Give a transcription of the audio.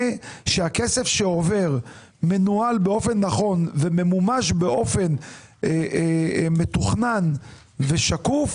שהכסף שעובר מנוהל באופן נכון וממומש באופן מתוכנן ושקוף,